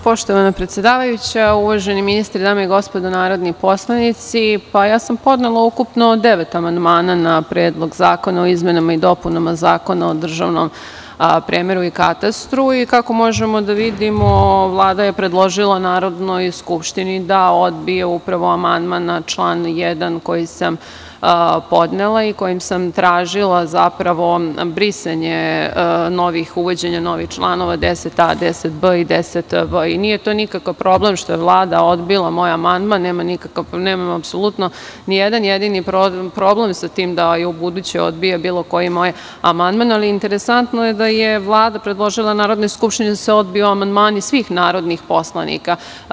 Poštovana predsedavajuća, uvaženi ministre, dame i gospodo narodni poslanici, podnela sam ukupno devet amandmana na Predlog zakona o izmenama i dopunama Zakona o državnom premeru i katastru i, kako možemo da vidimo, Vlada je predložila Narodnoj skupštini da odbiju upravo amandman na član 1. koji sam podnela i kojim sam tražila brisanje uvođenja novih članova 10a, 10b i 10v. Nije to nikakav problem što je Vlada odbila moj amandman, nema apsolutno ni jedan jedini problem sa tim da i ubuduće odbija bilo koji moj amandman, ali interesantno je da je Vlada predložila Narodnoj skupštini da se odbiju amandmani svih narodnih poslanika.